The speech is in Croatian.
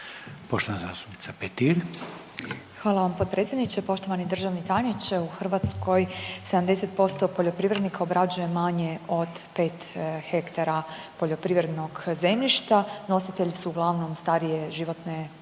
Marijana (Nezavisni)** Hvala vam potpredsjedniče. Poštovani državni tajniče, u Hrvatskoj 70% poljoprivrednika obrađuje manje od 5 hektara poljoprivrednog zemljišta, nositelji su uglavnom starije životne dobi,